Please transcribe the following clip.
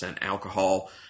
alcohol